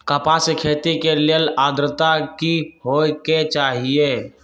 कपास के खेती के लेल अद्रता की होए के चहिऐई?